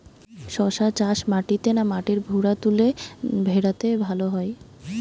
শশা চাষ মাটিতে না মাটির ভুরাতুলে ভেরাতে ভালো হয়?